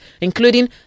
including